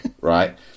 Right